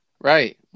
Right